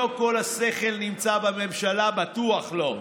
לא כל השכל נמצא בממשלה, בטוח לא.